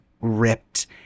ripped